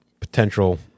potential